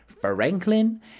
Franklin